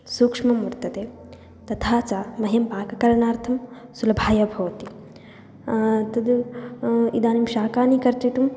सूक्ष्मा वर्तते तथा च मह्यं पाककरणार्थं सुलभाय भवति तद् इदानीं शकानि कर्तयितुं